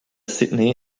sydney